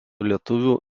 lietuvių